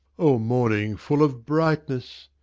o morning full of brightness!